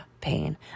pain